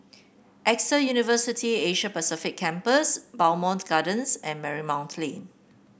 AXA University Asia Pacific Campus Bowmont Gardens and Marymount Lane